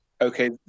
okay